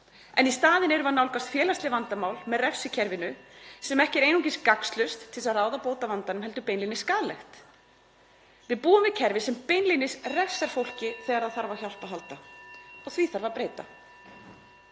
en í staðinn erum við að nálgast félagsleg vandamál með refsikerfinu, (Forseti hringir.) sem ekki er einungis gagnslaust til þess að ráða bót á vandanum heldur beinlínis skaðlegt. Við búum við kerfi sem beinlínis refsar fólki þegar það þarf á hjálp að halda og því þarf að breyta.